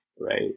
right